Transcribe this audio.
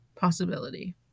possibility